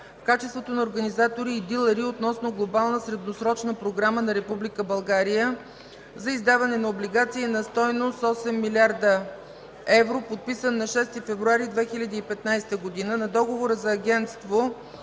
в качеството на Организатори и Дилъри относно Глобална средносрочна програма на Република България за издаване на облигации на стойност 8 млрд. евро, подписан на 6 февруари 2015 г., на Договора за агентство